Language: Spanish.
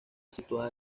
situada